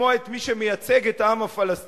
לשמוע את מי שמייצג את העם הפלסטיני,